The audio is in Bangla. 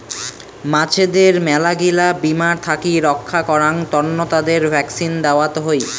মাছদের মেলাগিলা বীমার থাকি রক্ষা করাং তন্ন তাদের ভ্যাকসিন দেওয়ত হই